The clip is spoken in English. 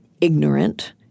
ignorant